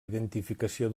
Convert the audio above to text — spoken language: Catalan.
identificació